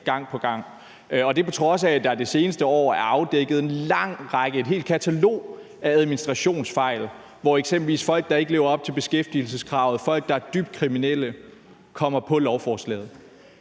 gang på gang. Og det er, på trods af at der det seneste år er afdækket en lang række, et helt katalog, af administrationsfejl, hvor eksempelvis folk, der ikke lever op til beskæftigelseskravet, og folk, der er dybt kriminelle, kommer på lovforslaget.